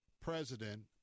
president